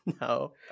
no